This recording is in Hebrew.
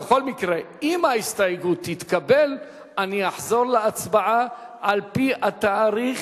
בכל מקרה אם ההסתייגות תתקבל אני אחזור להצבעה על-פי התאריך,